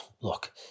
look